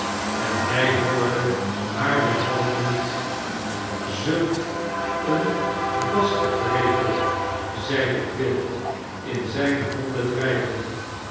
en hij hoorde haar derhalve niet zulk een basterdrekel zeide quilp in zijne handen